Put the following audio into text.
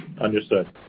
Understood